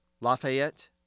Lafayette